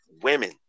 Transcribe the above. women